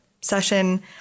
session